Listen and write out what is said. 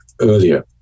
earlier